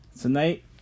Tonight